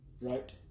right